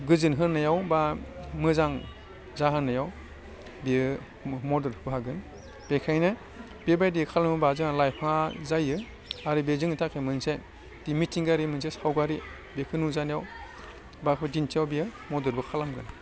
गोजोन होनायाव बा मोजां जाहोनायाव बियो मदद होफागोन बेखायनो बेबायदि खालामोबा जोंहा लाइफाङा जायो आरो बे जोंनि थाखाय मोनसे बे मिथिंगायारि मोनसे सावगारि बेखौ नुजानायाव बा दिन्थियाव बेयो मददबो खालामगोन